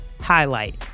Highlight